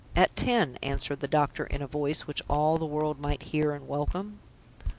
at ten, answered the doctor, in a voice which all the world might hear, and welcome.